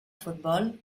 futbol